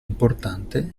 importante